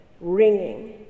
ringing